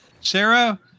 Sarah